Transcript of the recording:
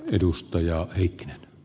arvoisa puhemies